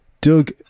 Doug